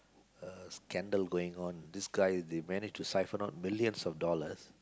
uh scandal going on this guy they manage siphon out millions of dollars